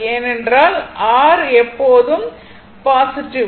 ஏனென்றால் R எப்போதும் positive